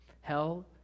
hell